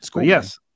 Yes